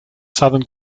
southern